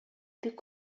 бик